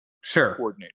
Sure